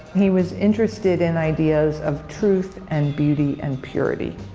he was interested in ideas of truth, and beauty, and purity.